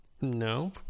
No